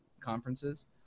conferences